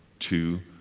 two,